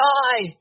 die